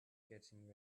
getting